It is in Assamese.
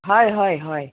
হয় হয় হয়